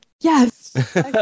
yes